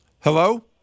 Hello